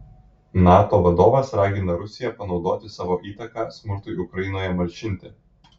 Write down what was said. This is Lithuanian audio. nato vadovas ragina rusiją panaudoti savo įtaką smurtui ukrainoje malšinti